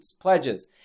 pledges